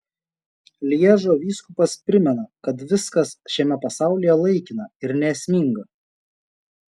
lježo vyskupas primena kad viskas šiame pasaulyje laikina ir neesminga